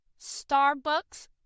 Starbucks